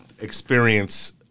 experience